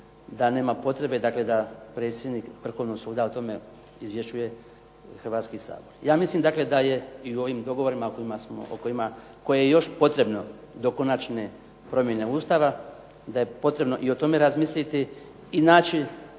da nema potrebe, dakle da predsjednik Vrhovnog suda o tome izvješćuje Hrvatski sabor. Ja mislim dakle da je i u ovim dogovorima o kojima smo, o kojima, koje je još potrebno do konačne promjene Ustava da je potrebno i o tome razmisliti i naći